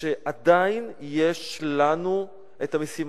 שעדיין יש לנו המשימה,